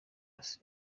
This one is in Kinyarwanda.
ese